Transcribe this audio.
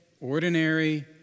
ordinary